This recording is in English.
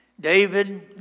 David